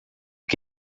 que